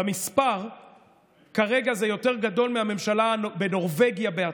זה כרגע במספר יותר גדול מהממשלה בנורבגיה בעצמה.